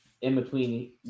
in-between